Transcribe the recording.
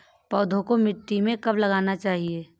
पौधें को मिट्टी में कब लगाना चाहिए?